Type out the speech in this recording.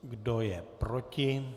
Kdo je proti?